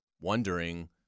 wondering